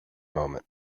moment